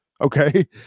Okay